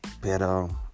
pero